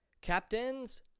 Captains